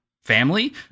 family